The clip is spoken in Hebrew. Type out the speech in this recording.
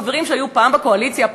חברים שהיו פעם בקואליציה,